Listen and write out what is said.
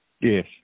Yes